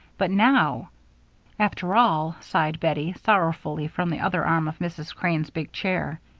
but now after all, sighed bettie, sorrowfully, from the other arm of mrs. crane's big chair,